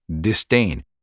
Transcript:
disdain